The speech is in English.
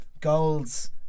goals